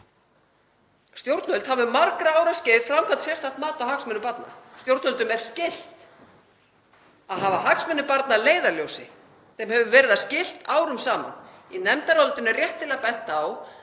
Stjórnvöld hafa um margra ára skeið framkvæmt sérstakt mat á hagsmunum barna. Stjórnvöldum er skylt að hafa hagsmuni barna að leiðarljósi, þeim hefur verið það skylt árum saman. Í nefndarálitinu er réttilega bent á